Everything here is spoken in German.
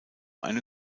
eine